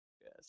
Yes